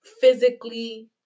physically